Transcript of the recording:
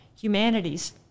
humanities